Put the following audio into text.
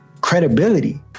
credibility